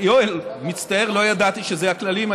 יואל, מצטער, לא ידעתי שאלה הכללים.